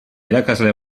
irakasle